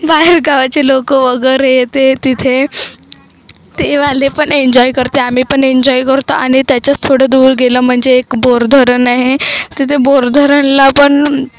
बाहेर गावचे लोक वगैरे येते तिथे ते वाले पण एन्जॉय करते आम्ही पण एन्जॉय करतो आणि त्याच्याच थोडं दूर गेलं म्हणजे एक बोर धरण आहे तिथे बोर धरणला पण